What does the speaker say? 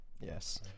yes